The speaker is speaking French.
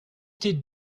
tête